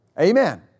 Amen